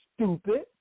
stupid